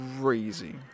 crazy